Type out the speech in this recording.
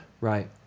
Right